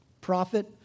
prophet